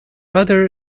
other